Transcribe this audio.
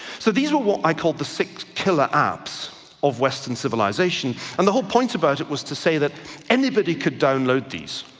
so these were what i call the six killer apps of western civilisation, and the point about it was to say that anybody could download these.